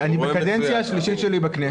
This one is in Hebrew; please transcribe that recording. אני בקדנציה השלישית שלי בכנסת,